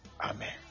Amen